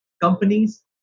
companies